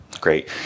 Great